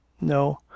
no